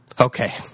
Okay